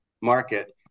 market